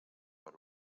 per